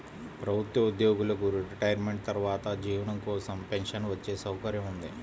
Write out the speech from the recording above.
ప్రభుత్వ ఉద్యోగులకు రిటైర్మెంట్ తర్వాత జీవనం కోసం పెన్షన్ వచ్చే సౌకర్యం ఉంది